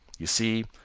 you see,